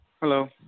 Hello